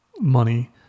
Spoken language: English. money